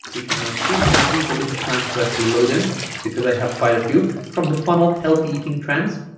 we can now see it just needs a bit of time to actually load in because i have quite a few from the funnel healthy eating trends